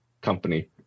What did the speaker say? company